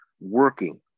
working